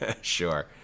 Sure